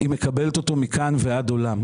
היא מקבלת אותו מכאן ועד עולם.